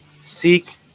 Seek